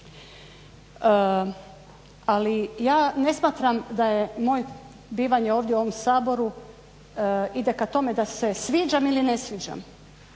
Ali ja ne smatram da je moje bivanje ovdje u ovom Saboru ide ka tome da se sviđam ili ne sviđam.